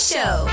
Show